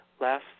Last